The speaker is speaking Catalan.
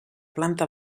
planta